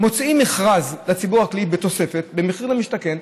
מוציאים מכרז לציבור הכללי בתוספת מחיר למשתכן,